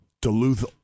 Duluth